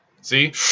See